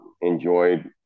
enjoyed –